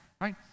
right